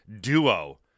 duo